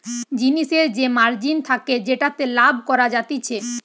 জিনিসের যে মার্জিন থাকে যেটাতে লাভ করা যাতিছে